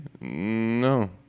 No